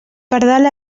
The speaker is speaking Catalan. pardal